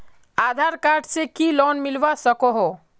आधार card से की loan मिलवा सकोहो?